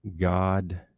God